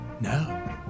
No